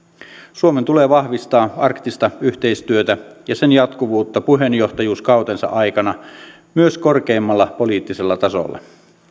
suomen tulee vahvistaa arktista yhteistyötä ja sen jatkuvuutta puheenjohtajuuskautensa aikana myös korkeimmalla poliittisella tasolla